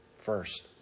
first